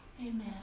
Amen